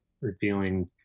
revealing